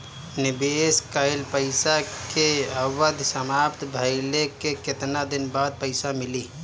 निवेश कइल पइसा के अवधि समाप्त भइले के केतना दिन बाद पइसा मिली?